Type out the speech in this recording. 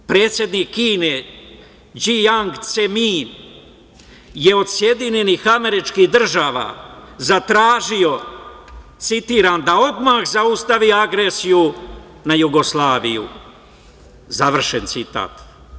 Predsednik Kine Đang Ceming je od SAD zatražio citiram - da odmah zaustavi agresiju na Jugoslaviju, završen citat.